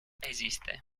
esiste